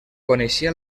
coneixia